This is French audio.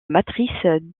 matrice